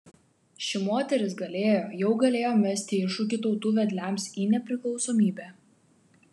ši moteris galėjo jau galėjo mesti iššūkį tautų vedliams į nepriklausomybę